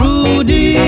Rudy